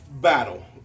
battle